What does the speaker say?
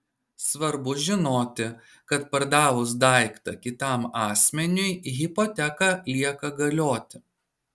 svarbu žinoti kad pardavus daiktą kitam asmeniui hipoteka lieka galioti